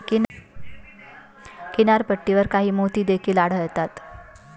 किनारपट्टीवर काही मोती देखील आढळतात